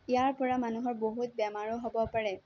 ইয়াৰ পৰা মানুহৰ বহুত বেমাৰো হ'ব পাৰে